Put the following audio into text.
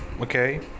okay